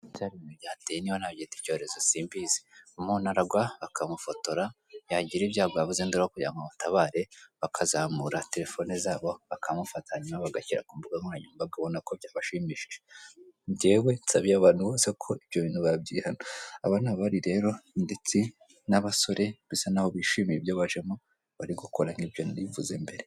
Sinzi ibintu byateye niba nabyita icyorezo simbizi ,umuntu aragwa bakamufotora yagira ibyago ya yavuza induro kugirango bamutabare bakazamura terefone zabo bakamufata hanyuma bagashyira ku mbuga nkoranyambaga urabona ko byabashimishije, njyewe nsabiye abantu bose ko ibyo bintu babyihana .Aba ni abari rero ndetse n'abasore basa nk'aho bishimiye ibyo bajemo bari gukora nk'ibyo nari mvuze mbere.